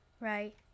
right